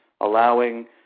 allowing